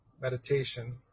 meditation